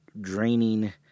draining